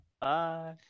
bye